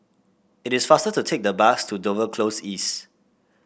it is faster to take the bus to Dover Close East